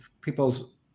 people's